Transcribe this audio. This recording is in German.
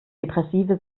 depressive